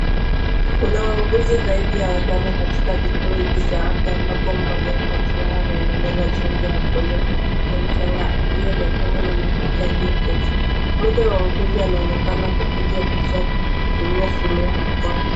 Kuna wauguzi zaidi ya watano katika kituo hiki cha afya ambapo mmoja kati yao anaendeleza chanjo ya polio kwa mtoto mchanga aliyelemewa na mama yake aliyeketi. Mmoja wa wauguzi anaonekana kupiga picha kutumia simu ya mkono.